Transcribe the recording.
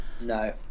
no